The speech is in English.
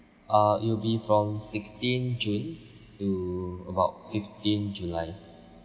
uh it will be from sixteen june to about fifteen july